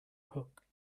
hook